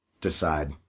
decide